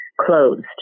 closed